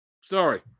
Sorry